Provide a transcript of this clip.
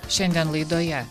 šiandien laidoje